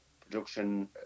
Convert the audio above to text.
production